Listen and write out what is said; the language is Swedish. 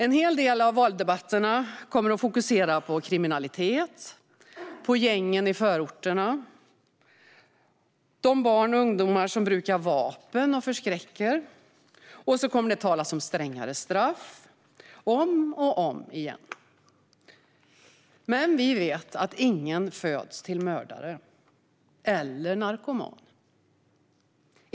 En hel del av valdebatterna kommer att fokusera på kriminalitet, gängen i förorterna, de barn och ungdomar som brukar vapen och förskräcker. Och det kommer att talas om strängare straff - om och om igen. Men vi vet att ingen föds till mördare eller narkoman.